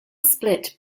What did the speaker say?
split